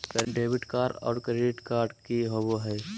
Debit card और credit card की होवे हय?